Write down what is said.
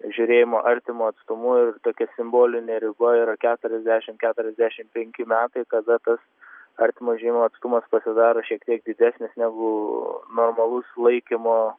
žiūrėjimo artimu atstumu ir tokia simbolinė riba yra keturiasdešim keturiasdešim penki metai kada tas artimo žiūrėjimo atstumas pasidaro šiek tiek didesnis negu normalus laikymo